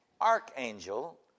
archangel